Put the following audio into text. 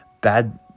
bad